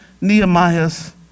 Nehemiah's